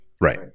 Right